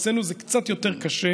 אצלנו זה קצת יותר קשה,